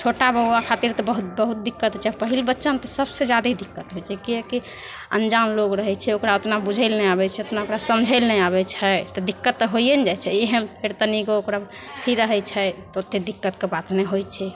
छोटा बौआ खातिर तऽ बहुत बहुत दिक्कत होइ छै आओर पहिल बच्चामे तऽ सबसे जादे ही दिक्कत होइ छै किएकि अन्जान लोक रहै छै ओकरा ओतना बुझै ले नहि आबै छै ओतना ओकरा समझै ले नहि आबै छै तऽ दिक्कत तऽ होइए ने जाइ छै इएहमे फेर तनिगो ओकरा अथी रहै छै तऽ ओतेक दिक्कतके बात नहि होइ छै